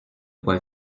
quoi